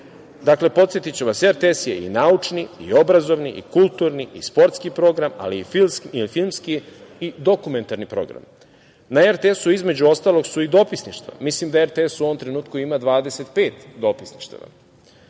Podsetiću vas, RTS je i naučni i obrazovni i kulturni i sportski program, ali i filmski i dokumentarni program. Na RTS-u, između ostalog, su i dopisništva. Mislim da RTS u ovom trenutku ima 25 dopisništava.